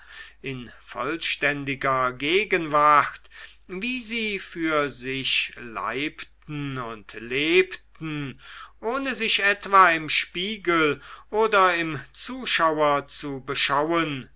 in vollständiger gegenwart wie sie für sich leibten und lebten ohne sich etwa im spiegel oder im zuschauer zu beschauen